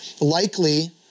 Likely